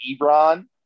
Ebron